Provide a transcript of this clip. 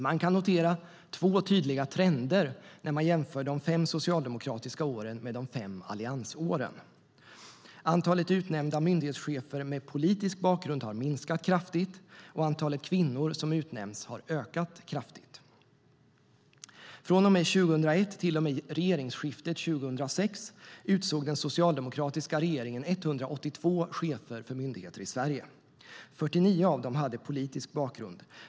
Man kan notera två tydliga trender när man jämför de fem socialdemokratiska åren med de fem alliansåren. Antalet utnämnda myndighetschefer med politisk bakgrund har minskat kraftigt, och antalet kvinnor som utnämnts har ökat kraftigt. Från och med 2001 till och med regeringsskiftet 2006 utsåg den socialdemokratiska regeringen 182 chefer för myndigheter i Sverige. 49 av dem hade politisk bakgrund.